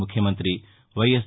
ముఖ్యమంతి వైఎస్